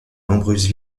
nombreuses